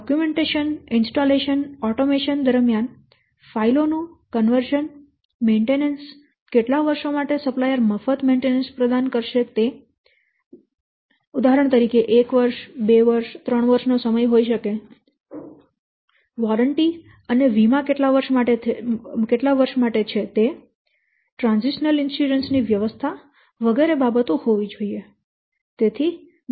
દસ્તાવેજીકરણ installation automation દરમિયાન ફાઇલો નું રૂપાંતર મેન્ટેનન્સ કેટલા વર્ષો માટે સપ્લાયર મફત મેન્ટેનન્સ પ્રદાન કરશે તે 1વર્ષ 2 વર્ષ 3 વર્ષ નો સમય હોઈ શકે વોરંટી અને વીમા કેટલા વર્ષ માટે છે તે ટ્રાન્ઝિશનલ વીમા ની વ્યવસ્થા વગેરે બાબતો હોવી જોઈએ